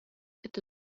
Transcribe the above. это